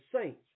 saints